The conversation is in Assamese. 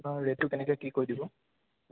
আপোনাৰ ৰেটটো কেনেকে কি কৈ দিব